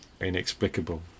inexplicable